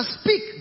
speak